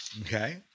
Okay